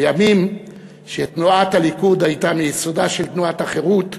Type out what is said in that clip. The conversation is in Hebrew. בימים שתנועת הליכוד הייתה מיסודה של תנועת החרות,